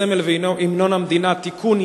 הסמל והמנון המדינה (תיקון,